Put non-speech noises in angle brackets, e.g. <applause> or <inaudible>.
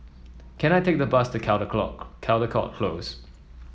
can I take the bus to <unintelligible> Caldecott Close